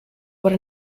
what